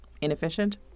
inefficient